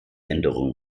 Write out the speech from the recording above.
änderung